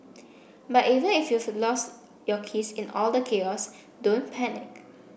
but even if you've lost your keys in all the chaos don't panic